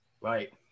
Right